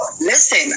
listen